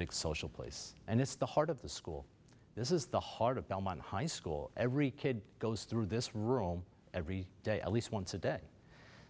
big social place and it's the heart of the school this is the heart of belmont high school every kid goes through this room every day at least once a day